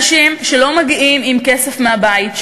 אנשים שלא מגיעים עם כסף מהבית,